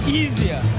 easier